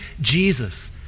Jesus